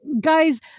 Guys